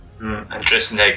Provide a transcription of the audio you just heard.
Interesting